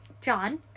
John